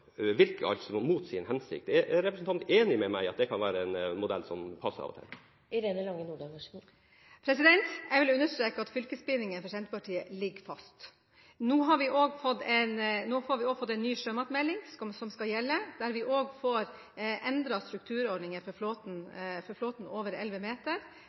virker altså mot sin hensikt. Er representanten enig med meg i at det kan være en modell som passer av og til? Jeg vil understreke at for Senterpartiet ligger fylkesbindingen fast. Nå har vi fått en ny sjømatmelding som skal gjelde, og der vi også får endret strukturordningen for flåten over 11 meter